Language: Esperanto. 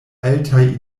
altaj